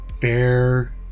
fair